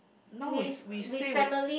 now is we stay with